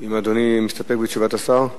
האם אדוני מסתפק בתשובת השר?